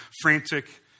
frantic